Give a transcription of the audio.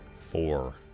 Four